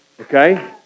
Okay